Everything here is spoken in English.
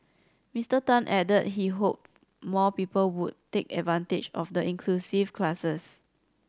Mister Tan added that he hoped more people would take advantage of the inclusive classes